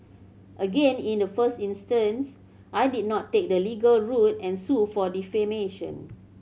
again in the first instance I did not take the legal route and sue for defamation